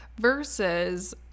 versus